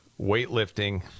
weightlifting